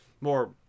more